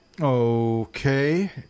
Okay